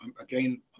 Again